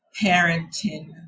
parenting